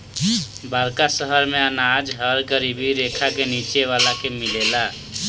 बड़का शहर मेंअनाज हर गरीबी रेखा के नीचे वाला के मिलेला